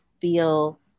feel